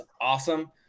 awesome